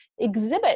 exhibit